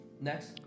Next